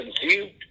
conceived